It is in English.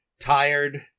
tired